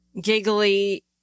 giggly